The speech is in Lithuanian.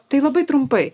tai labai trumpai